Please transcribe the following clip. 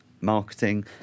marketing